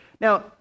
Now